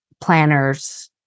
planners